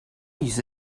use